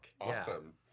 Awesome